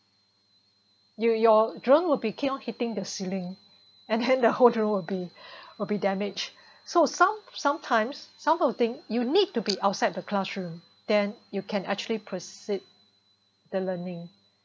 you~ your drone will be keep on hitting the ceiling and then the whole drone will be will be damage so some sometimes some of the thing you need to be outside the classroom then you can actually proceed the learning